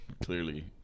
Clearly